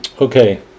okay